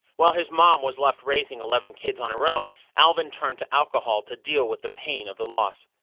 while his mom was left raising eleven kids on her own, alvin turned to alcohol to deal with the pain of the loss.